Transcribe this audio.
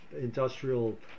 industrial